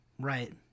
Right